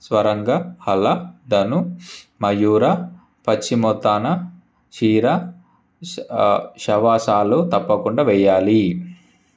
స్వరంగా హల ధను మయూర పశ్చిమోత్తాన క్షీర శవాశాలు తప్పకుండా వెయ్యాలి